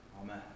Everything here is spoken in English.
Amen